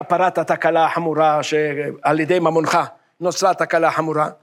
פרת התקלה החמורה שעל ידי ממונחה נוסעת תקלה חמורה.